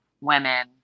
women